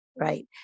right